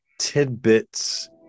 tidbits